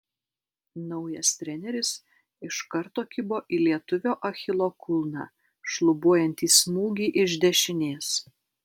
naujas treneris iš karto kibo į lietuvio achilo kulną šlubuojantį smūgį iš dešinės